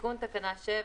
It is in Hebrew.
תיקון תקנה 7